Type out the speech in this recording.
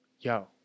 yo